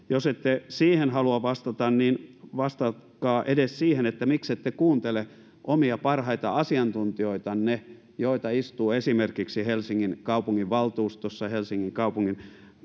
jos ette siihen halua vastata niin vastatkaa edes siihen miksette kuuntele omia parhaita asiantuntijoitanne joita istuu esimerkiksi helsingin kaupunginvaltuustossa helsingin kaupungin